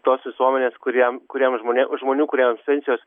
tos visuomenės kuriem kuriem žmonėm žmonių kuriems pensijos